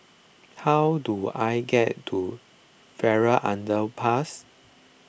how do I get to Farrer Underpass